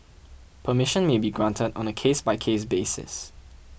permission may be granted on a case by case basis